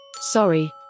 Sorry